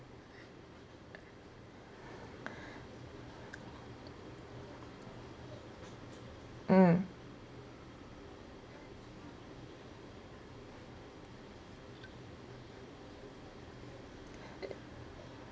mm